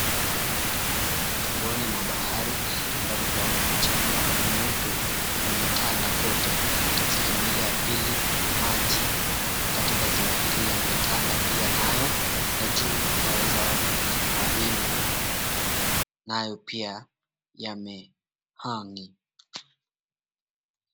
Ufuoni mwa bahari ambapo twaona mchanga mweupe umetanda kote, sehemu ile ya pili maji katika ziwa hili yametanda pia nayo na juu tunaweza ona mawingu nayo pia yamehangi.